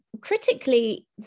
critically